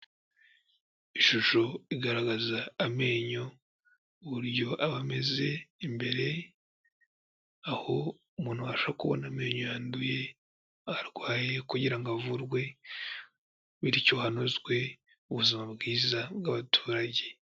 Ishusho igaragaza amenyo Uburyo aba ameze imbere, aho umuntu abasha kubona amenyo yanduye aho arwaye kugira ngo avurwe, bityo hanozwe ubuzima bwiza bw'abaturage.